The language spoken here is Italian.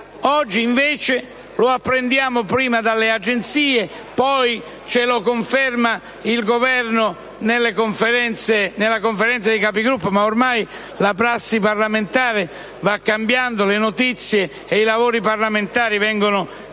Oggi, invece, come apprendiamo prima dalle agenzie e come è stato confermato poi dal Governo nella Conferenza dei Capigruppo - ormai la prassi parlamentare va cambiando, e le notizie e i lavori parlamentari vengono dettati